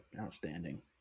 outstanding